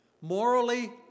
morally